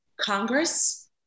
Congress